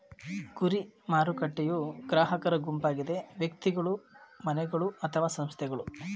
ಗುರಿ ಮಾರುಕಟ್ಟೆಯೂ ಗ್ರಾಹಕರ ಗುಂಪಾಗಿದೆ ವ್ಯಕ್ತಿಗಳು, ಮನೆಗಳು ಅಥವಾ ಸಂಸ್ಥೆಗಳು